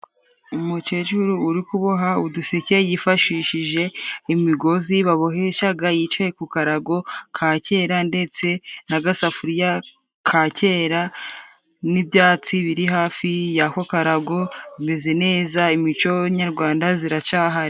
Umukecuru uri kuboha uduseke yifashishije imigozi baboheshaga, yicaye ku karago ka kera ndetse n'agasafuriya ka kera n'ibyatsi biri hafi y'ako karago ameze neza imico nyarwanda ziracyahari.